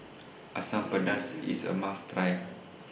Asam Pedas IS A must Try